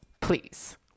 please